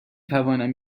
توانم